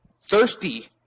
thirsty